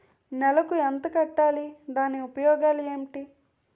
నెలకు ఎంత కట్టాలి? దాని ఉపయోగాలు ఏమిటి?